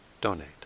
donate